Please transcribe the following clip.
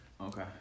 Okay